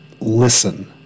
listen